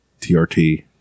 trt